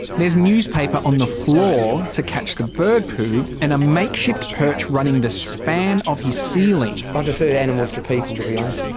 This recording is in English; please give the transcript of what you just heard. there's newspaper on the floor to catch the bird poo and a makeshift perch running the span of his ceiling. i prefer animals to people, to be honest.